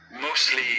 mostly